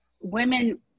women